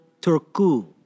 Turku